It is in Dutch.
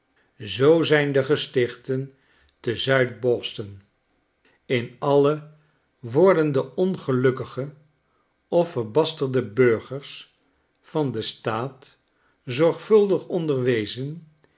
zoo zijn de gestichten te zu id bos ton in alle worden de ongelukkige of verbasterde burgers van den staat zorgvuldig onderwezen